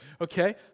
Okay